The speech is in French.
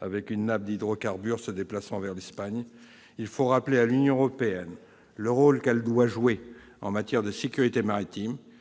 avec une nappe d'hydrocarbures se déplaçant vers l'Espagne, il faut rappeler à l'Union européenne le rôle qu'elle doit jouer en matière de sécurité maritime,